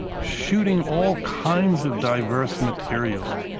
shooting all kinds of diverse material.